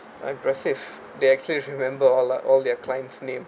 aggressive they actually if you remember all lah all their client's name